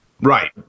Right